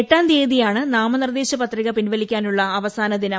എട്ടാം തീയതിയാണ് നാമനിർദ്ദേശ പത്രിക പിൻവലിക്കാനുള്ള അവസാന ദിനം